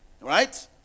Right